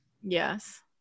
yes